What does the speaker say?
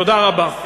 תודה רבה.